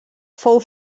fou